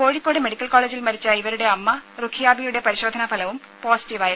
Kozhikode medical കോളേജിൽ മരിച്ച ഇവരുടെ അമ്മ റുഖിയാബിയുടെ പരിശോധനാ ഫലവും പോസിറ്റീവായിരുന്നു